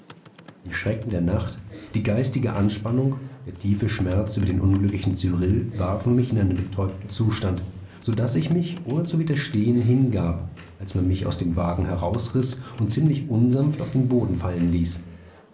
die schrecken der nacht die geistige anspannung der tiefe schmerz über den unglücklichen cyrill warfen mich in einen betäubten zustand so daß ich mich ohne zu widerstehen hingab als man mich aus dem wagen herausriß und ziemlich unsanft auf den boden fallen ließ